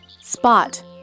Spot